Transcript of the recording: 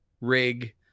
rig